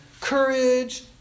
courage